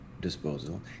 disposal